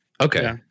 okay